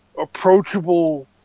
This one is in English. approachable